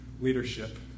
leadership